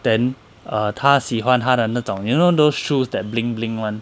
then err 他喜欢他的那种 you know those shoes that bling bling [one]